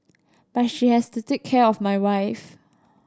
but she has to take care of my wife